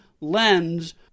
lens